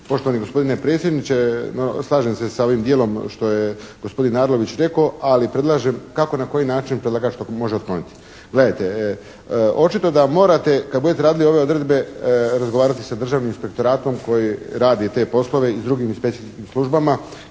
Poštovani gospodine predsjedniče, slažem se sa ovim dijelom što je gospodin Arlović rekao, ali predlažem kako na koji način predlagač ga može otklonit. Gledajte, očito da morate kada budete radili ove odredbe razgovarati sa državni inspektoratom koji radi te poslove i s drugim inspekcijskim službama,